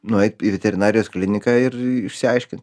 nueit į veterinarijos kliniką ir išsiaiškint